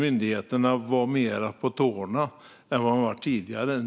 Myndigheterna måste vara mer på tårna än vad de varit tidigare.